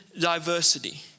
diversity